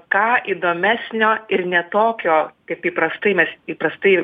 ką įdomesnio ir ne tokio kaip įprastai mes įprastai